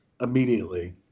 immediately